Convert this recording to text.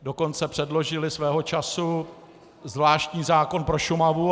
Dokonce předložily svého času zvláštní zákon pro Šumavu.